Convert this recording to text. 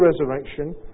resurrection